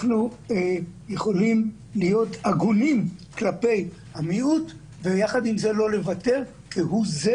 אנחנו יכולים להיות הגונים כלפי המיעוט ויחד עם זאת לא לוותר כהוא זה